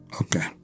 Okay